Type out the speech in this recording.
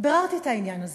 ביררתי את העניין הזה.